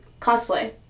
cosplay